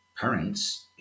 parents